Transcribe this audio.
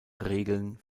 regeln